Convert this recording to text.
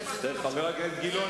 חבר הכנסת גילאון,